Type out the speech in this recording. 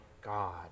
God